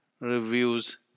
reviews